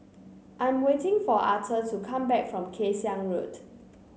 I'm waiting for Authur to come back from Kay Siang Road